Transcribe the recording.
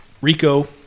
Rico